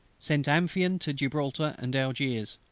sent amphion to gibraltar and algiers.